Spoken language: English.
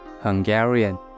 Hungarian